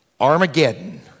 Armageddon